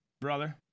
brother